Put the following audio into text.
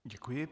Děkuji.